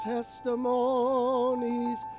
testimonies